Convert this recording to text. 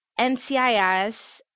NCIS